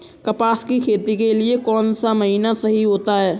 कपास की खेती के लिए कौन सा महीना सही होता है?